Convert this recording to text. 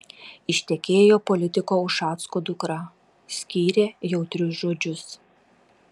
ištekėjo politiko ušacko dukra skyrė jautrius žodžius